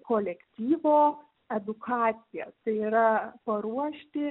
kolektyvo edukaciją tai yra paruošti